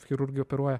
chirurgai operuoja